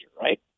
right